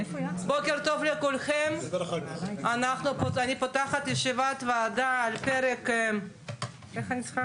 בוקר טוב לכולכם, אני פותחת את ישיבת הוועדה על כ'